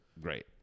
Great